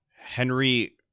Henry